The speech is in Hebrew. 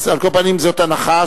על כל פנים זאת הנחה,